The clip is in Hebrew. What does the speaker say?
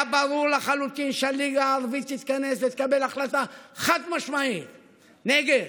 היה ברור לחלוטין שהליגה הערבית תתכנס לקבל החלטה חד-משמעית נגד.